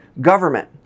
government